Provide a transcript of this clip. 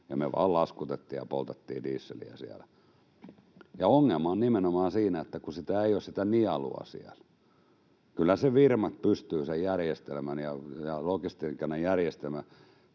Me vain laskutettiin ja poltettiin dieseliä siellä. Ongelma on nimenomaan siinä, kun ei ole sitä nielua siellä. Kyllä ne firmat pystyvät sen logistiikan ja järjestelmän